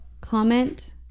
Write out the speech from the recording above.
Comment